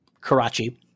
karachi